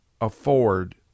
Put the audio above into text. afford